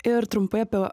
ir trumpai apie